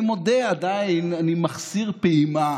אני מודה שאני עדיין מחסיר פעימה